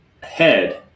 head